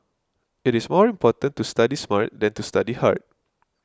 it is more important to study smart than to study hard